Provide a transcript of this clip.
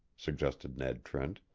suggested ned trent.